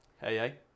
hey